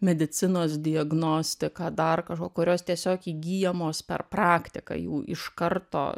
medicinos diagnostika dar kažko kurios tiesiog įgyjamos per praktiką jų iš karto